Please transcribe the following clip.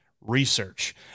research